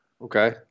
Okay